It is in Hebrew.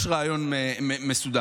יש רעיון מסודר.